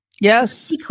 Yes